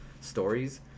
stories